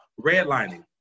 redlining